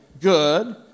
Good